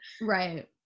Right